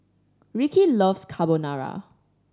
Rickey loves Carbonara